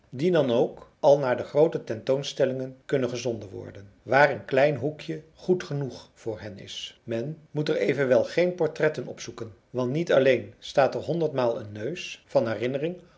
die dan ook al naar de groote tentoonstellingen kunnen gezonden worden waar een klein hoekje goed genoeg voor hen is men moet er evenwel geen portretten op zoeken want niet alleen staat er honderdmaal een neus van herinnering